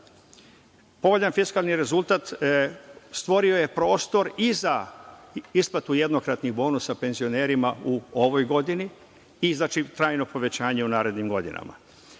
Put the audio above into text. itd. Povoljan fiskalni rezultat stvorio je prostor i za isplatu jednokratnih bonusa penzionerima u ovoj godini i trajno povećanje u narednim godinama.